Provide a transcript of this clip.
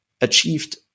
achieved